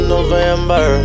November